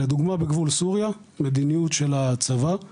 לדוגמא, בגבול סוריה מדיניות של הצבא זה